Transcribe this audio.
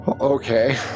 Okay